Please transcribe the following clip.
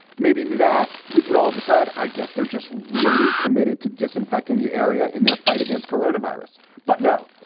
maybe that we could all decide. i guess they're just really committed to disinfecting the area in their fight against coronavirus. but no,